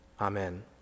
Amen